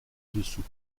dessous